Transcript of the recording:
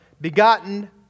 begotten